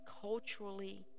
culturally